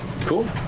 Cool